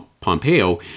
Pompeo